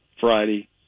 Friday